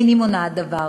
איני מונעת דבר,